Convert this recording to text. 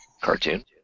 cartoon